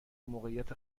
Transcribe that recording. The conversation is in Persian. موقعیت